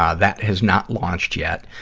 um that has not launched yet,